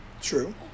True